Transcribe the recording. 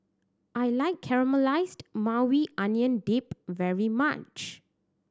I like Caramelized Maui Onion Dip very much